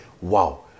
Wow